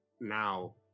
now